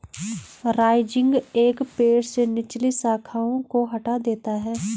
rising एक पेड़ से निचली शाखाओं को हटा देता है